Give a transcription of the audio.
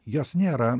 jos nėra